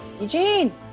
Eugene